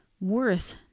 worth